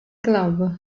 club